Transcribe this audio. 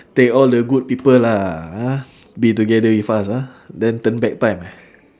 take all the good people lah ah they together with us ah then turn back time